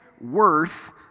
worth